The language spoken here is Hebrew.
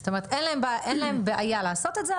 זאת אומרת: אין להם בעיה לעשות את זה,